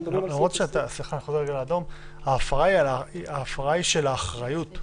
אנו מדברים על --- באדום ההפרה היא של האחריות,